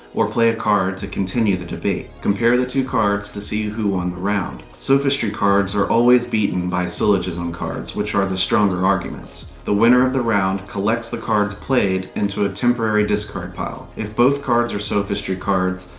or play a card to continue the debate. compare the two cards to see who won the round. sophistry cards are always beaten by syllogism cards, which are are the stronger arguments. the winner of the round collects the cards played into a temporary discard pile. if both cards are so sophistry cards,